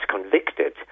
convicted